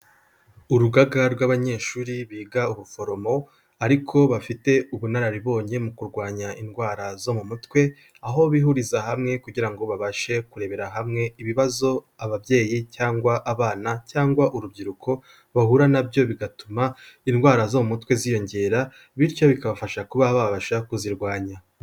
Urugaga rw'abanyeshuri biga ubuforomo, ariko bafite ubunararibonye mu kurwanya indwara zo mu mutwe, aho bihuriza hamwe kugira ngo babashe kurebera hamwe ibibazo ababyeyi cyangwa abana cyangwa urubyiruko bahura nabyo, bigatuma indwara zo mu mutwe ziyongera, bityo bikabafasha kuba babasha kuzirwanya.